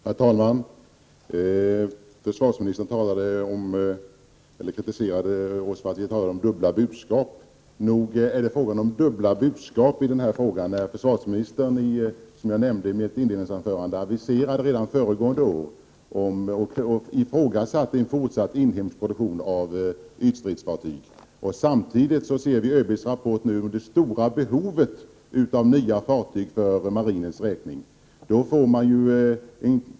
Herr talman! Försvarsministern kritiserade oss för att vi talade om dubbla budskap. Nog är det fråga om dubbla budskap i detta fall, när försvarsministern, som jag nämnde i mitt inledningsanförande, redan föregående år ifrågasatte en fortsatt inhemsk produktion av ytstridsfartyg samtidigt som ÖB:s rapport visar det stora behovet av nya fartyg för marinens räkning.